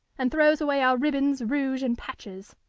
and throws away our ribbons, rouge, and patches.